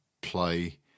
play